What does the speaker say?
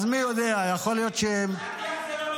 אז מי יודע, יכול להיות -- "שטיח" זה לא משפיל.